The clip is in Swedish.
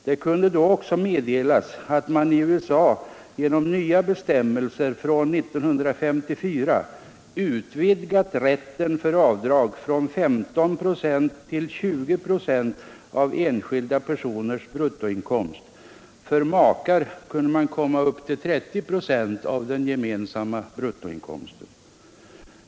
Det kunde då också meddelas att man i USA genom nya bestämmelser från 1954 utvidgat rätten för avdrag från 15 procent till 20 procent av enskilda personers bruttoinkomst. Makar kunde komma upp till 30 procent av den gemensamma bruttoinkomsten.